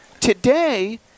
today